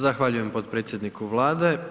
Zahvaljujem potpredsjedniku Vlade.